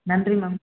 நன்றி மேம்